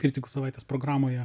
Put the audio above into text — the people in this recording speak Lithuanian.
kritikų savaitės programoje